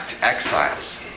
exiles